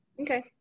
Okay